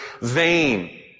vain